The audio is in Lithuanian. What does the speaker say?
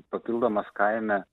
papildomas kaime